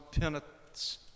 penance